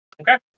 okay